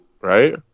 Right